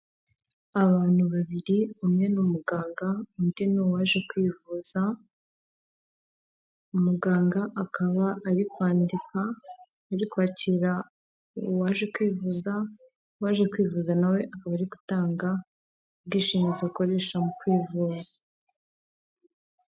Abantu babiri umwe n'umuganga undi ni uwaje kwivuza. Umuganga akaba ari kwandika, ari kwakira uwaje kwivuza, uwaje kwivuza nawe akaba ari gutanga ubwishingizi ukoresha mu kwivuza.